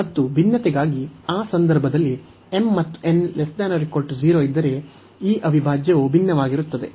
ಮತ್ತು ಭಿನ್ನತೆಗಾಗಿ ಆ ಸಂದರ್ಭದಲ್ಲಿ m ಮತ್ತು n≤0 ಇದ್ದರೆ ಈ ಅವಿಭಾಜ್ಯವು ಭಿನ್ನವಾಗಿರುತ್ತದೆ